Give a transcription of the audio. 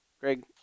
Greg